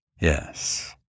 yes